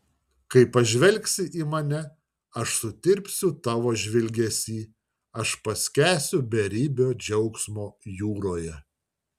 kai pažvelgsi į mane aš sutirpsiu tavo žvilgesy aš paskęsiu beribio džiaugsmo jūroje